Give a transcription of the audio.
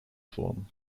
form